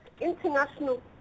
international